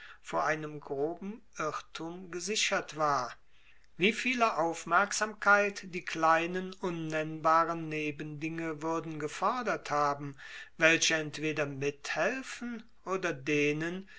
vor einem groben irrtum gesichert war wie viele aufmerksamkeit die kleinen unnennbaren nebendinge würden erfordert haben welche entweder mithelfen oder denen